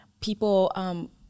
people